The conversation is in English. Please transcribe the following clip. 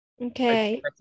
Okay